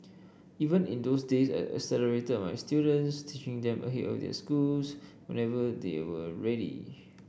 even in those days I accelerated my students teaching them ahead of their schools whenever they were ready